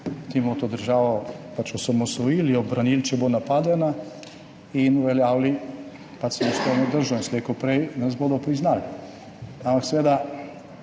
bomo to državo pač osamosvojili, jo branili, če bo napadena, in uveljavili samostojno držo in slej ko prej nas bodo priznali.